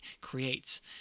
creates